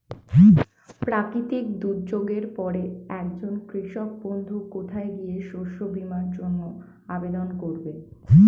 প্রাকৃতিক দুর্যোগের পরে একজন কৃষক বন্ধু কোথায় গিয়ে শস্য বীমার জন্য আবেদন করবে?